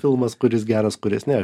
filmas kuris geras kuris ne